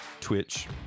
Twitch